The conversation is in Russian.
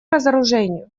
разоружению